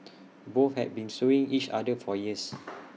both had been suing each other for years